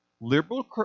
Liberal